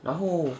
然后